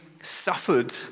suffered